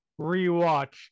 rewatch